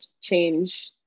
change